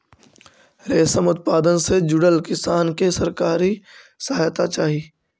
रेशम उत्पादन से जुड़ल किसान के सरकारी सहायता चाहि